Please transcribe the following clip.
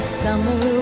summer